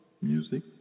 music